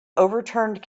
overturned